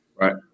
Right